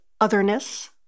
otherness